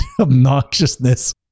obnoxiousness